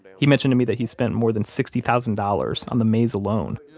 he mentioned to me that he spent more than sixty thousand dollars on the maze alone.